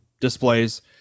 displays